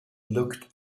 looked